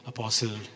Apostle